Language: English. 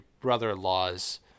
brother-in-law's